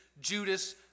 Judas